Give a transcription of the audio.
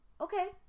Okay